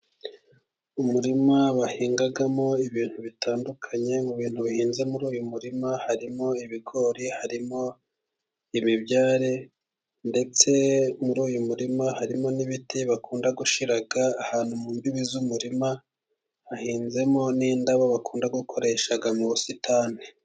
Umurima bahingamo ibintu bitandukanye. Mu bintu bihinze muri uyu murima, harimo ibigori, harimo imibyare, ndetse muri uyu murima harimo n'ibiti bakunda gushyira ahantu mu mbibi z'umurima. Hahinzemo n'indabo bakunda gukoresha mu busitani.